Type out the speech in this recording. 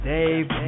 Dave